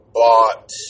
bought